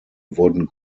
wurden